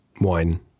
Wine